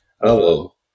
Hello